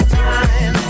time